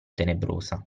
tenebrosa